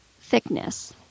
thickness